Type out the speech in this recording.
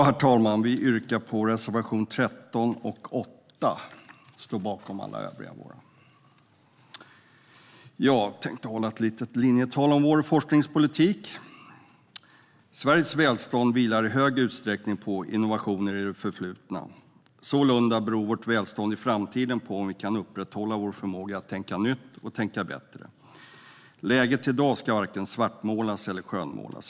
Herr talman! Jag yrkar bifall till reservationerna 13 och 8 men står förstås bakom våra övriga reservationer. Jag tänkte hålla ett litet linjetal om vår forskningspolitik. Sveriges välstånd vilar i stor utsträckning på innovationer i det förflutna. Sålunda beror vårt välstånd i framtiden på om vi kan upprätthålla vår förmåga att tänka nytt och tänka bättre. Läget i dag ska varken svartmålas eller skönmålas.